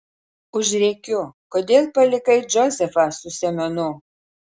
užrėkiu kodėl palikai džozefą su semionu